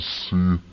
see